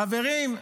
חברים,